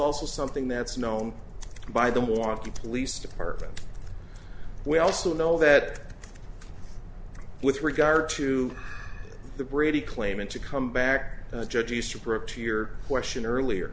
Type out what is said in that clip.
also something that's known by the want of the police department we also know that with regard to the brady claimant to come back the judge easterbrook to your question earlier